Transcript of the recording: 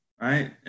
right